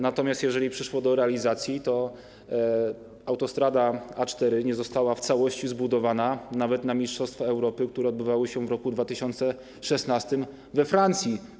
Natomiast kiedy przyszło do realizacji, autostrada A4 nie została w całości zbudowana nawet na mistrzostwa Europy, które odbywały się w roku 2016 we Francji.